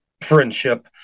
friendship